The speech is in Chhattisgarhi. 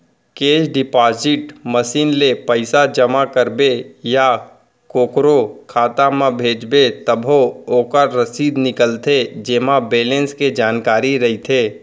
केस डिपाजिट मसीन ले पइसा जमा करबे या कोकरो खाता म भेजबे तभो ओकर रसीद निकलथे जेमा बेलेंस के जानकारी रइथे